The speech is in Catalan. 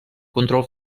control